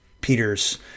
Peter's